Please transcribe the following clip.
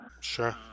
Sure